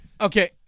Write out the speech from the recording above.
Okay